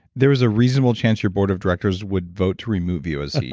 there was a reasonable chance your board of directors would vote to remove you as ceo.